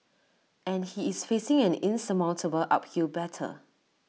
and he is facing an insurmountable uphill battle